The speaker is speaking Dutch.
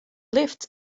lift